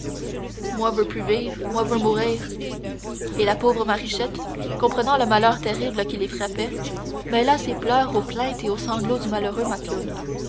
moi veux plus vivre moi veux mourir et la pauvre marichette comprenant le malheur terrible qui les frappait mêla ses pleurs aux plaintes et aux sanglots du malheureux macloune